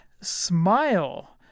smile